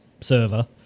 server